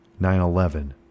9-11